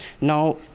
Now